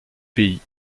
pays